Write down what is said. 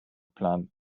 plan